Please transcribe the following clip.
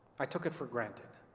i took it for granted.